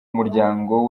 muryango